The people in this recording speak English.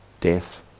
death